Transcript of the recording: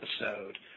episode